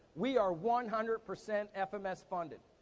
we are one hundred percent fms funded.